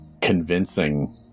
convincing